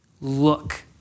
Look